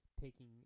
Taking